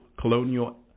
colonial